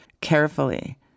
carefully